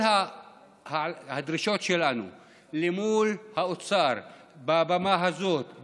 כל הדרישות שלנו מול האוצר מעל הבמה הזאת,